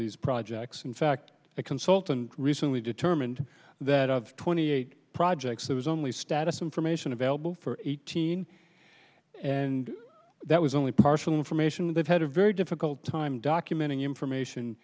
these projects in fact a consultant recently determined that of twenty eight projects there was only status information available for eighteen and that was only partial information they've had a very difficult time documenting information